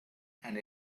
and